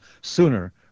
sooner